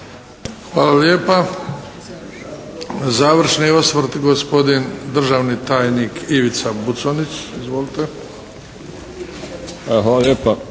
Hvala lijepa. Završni osvrt gospodin državni tajnik Ivica Buconjić. Izvolite! **Buconjić,